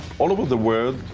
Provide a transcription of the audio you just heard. all over the world,